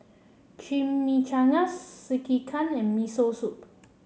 Chimichangas Sekihan and Miso Soup